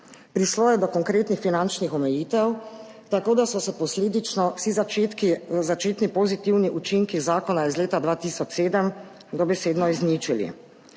prišlo je do konkretnih finančnih omejitev, tako da so se posledično vsi začetni pozitivni učinki zakona iz leta 2007 dobesedno izničili.